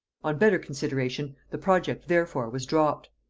on better consideration the project therefore was dropped.